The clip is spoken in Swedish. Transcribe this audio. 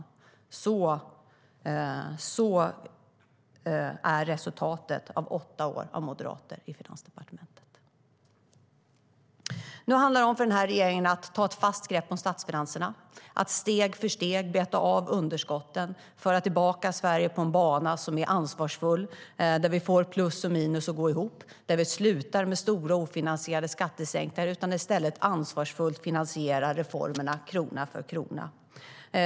Det är resultatet av åtta år med moderater i Finansdepartementet.Nu handlar det för den här regeringen om att ta ett fast grepp om statsfinanserna, att steg för steg beta av underskotten och föra tillbaka Sverige på en bana som är ansvarsfull, där vi får plus och minus att gå ihop, där vi slutar med stora, ofinansierade skattesänkningar och i stället ansvarsfullt finansierar reformerna krona för krona.